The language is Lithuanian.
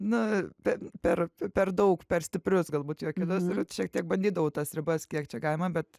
na bet per per daug per stiprius galbūt juokelius ir aš šiek tiek bandydavau tas ribas kiek čia galima bet